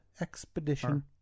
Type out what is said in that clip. expedition